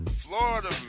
Florida